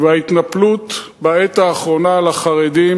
וההתנפלות בעת האחרונה על החרדים